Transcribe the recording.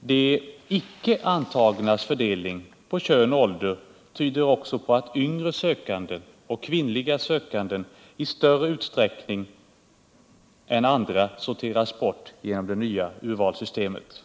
De icke antagnas fördelning på kön och ålder tyder också på att yngre sökande och kvinnliga sökande i större utsträckning än andra sorteras bort genom det nya urvalssystemet.